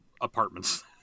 apartments